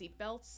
seatbelts